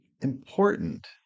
important